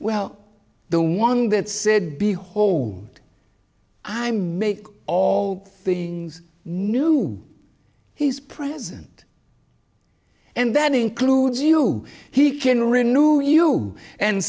well the one that said behold i make all things new he's present and that includes you he can renew